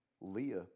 Leah